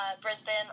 brisbane